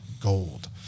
gold